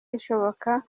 ishoboka